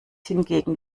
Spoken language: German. hingegen